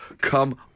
Come